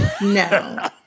No